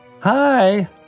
Hi